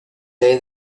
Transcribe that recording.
day